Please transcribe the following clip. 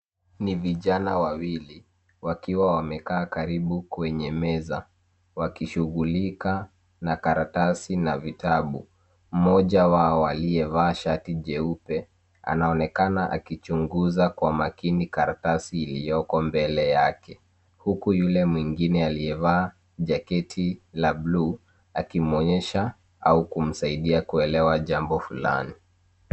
Ni vijana wawilli wakiwa wamekaa karibu kwenye meza, wakishughulika na karatasi na vitabu. Mmoja wao aliyevaa shati jeupe anaonekana akichunguza kwa makini karatasi iliyoko mbele yake. Huku yule mwingine aliyevaa jaketi la buluu akimwonyesha au kumsaidia kuelewa jambo fulani.